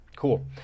Cool